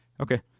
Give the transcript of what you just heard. Okay